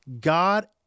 God